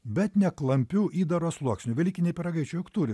bet ne klampiu įdaro sluoksniu velykiniai pyragaičiai juk turi